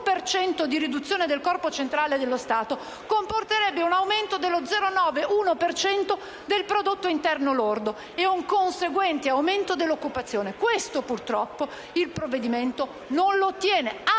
per cento di riduzione della spesa del corpo centrale dello Stato comporterebbe un aumento dello 0,9-1 per cento del prodotto interno lordo ed un conseguente aumento dell'occupazione. Il provvedimento in esame